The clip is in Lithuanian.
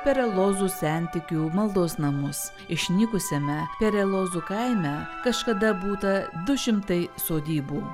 perelozų sentikių maldos namus išnykusiame perelozų kaime kažkada būta du šimtai sodybų